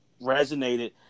resonated